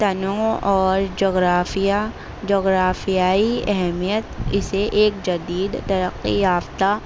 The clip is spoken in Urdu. تنوع اور جغرافیہ جغرافیائی اہمیت اسے ایک جدید ترقی یافتہ